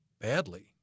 badly